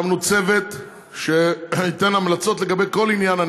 הקמנו צוות שייתן המלצות לגבי כל עניין הנכים,